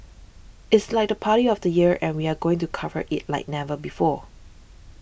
it's like the party of the year and we are going to cover it like never before